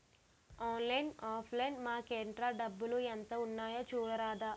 ఆన్లైన్లో offline మాకేఏల్రా డబ్బులు ఎంత ఉన్నాయి చూడరాదా